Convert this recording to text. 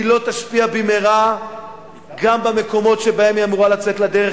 היא לא תשפיע במהרה גם במקומות שבהם היא אמורה לצאת לדרך,